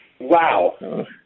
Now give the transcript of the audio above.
Wow